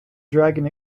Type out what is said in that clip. dragon